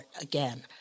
again